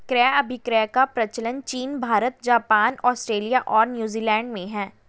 क्रय अभिक्रय का प्रचलन चीन भारत, जापान, आस्ट्रेलिया और न्यूजीलैंड में है